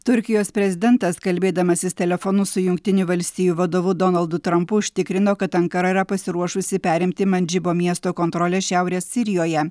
turkijos prezidentas kalbėdamasis telefonu su jungtinių valstijų vadovu donaldu trampu užtikrino kad ankara yra pasiruošusi perimti mandžibo miesto kontrolę šiaurės sirijoje